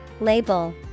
Label